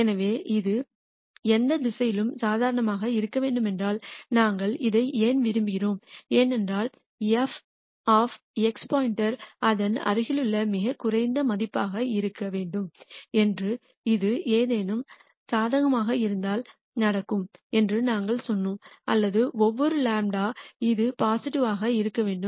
எனவே இது எந்த திசையிலும் சாதகமாக இருக்க வேண்டுமென்றால் நாங்கள் இதை ஏன் விரும்புகிறோம் ஏனென்றால் f x அதன் அருகிலுள்ள மிகக் குறைந்த மதிப்பாக இருக்க வேண்டும் என்றும் இது ஏதேனும் சாதகமாக இருந்தால் நடக்கும் என்றும் நாங்கள் சொன்னோம் அல்லது ஒவ்வொரு δ இது பாசிட்டிவ் யாக இருக்க வேண்டும்